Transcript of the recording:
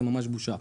זה ממש בושה.